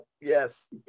yes